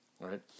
right